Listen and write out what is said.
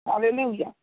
Hallelujah